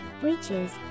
breeches